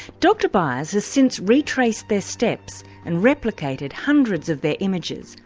dr. byers has since retraced their steps and replicated hundreds of their images,